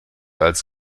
als